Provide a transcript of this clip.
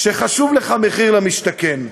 שחשוב לך מחיר למשתכן.